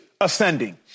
ascending